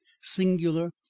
singular